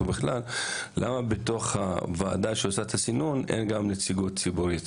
למה בתוך הוועדה שעושה את הסינון אין גם נציגות ציבורית